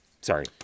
sorry